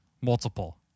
multiple